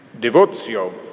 devotio